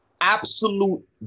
Absolute